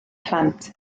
plant